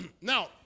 now